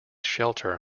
shelter